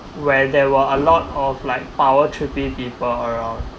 where there were a lot of like power trippy people around